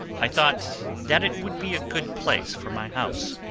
i thought that it would be a good place for my house.